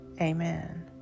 Amen